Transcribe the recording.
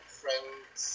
friends